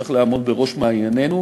צריך לעמוד בראש מעיינינו,